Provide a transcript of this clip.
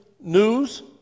news